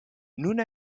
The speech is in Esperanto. nun